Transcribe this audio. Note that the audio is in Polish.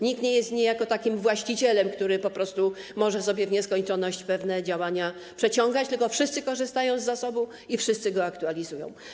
Nikt nie jest niejako takim właścicielem, który po prostu może sobie w nieskończoność pewne działania przeciągać, tylko wszyscy korzystają z zasobu i wszyscy go aktualizują.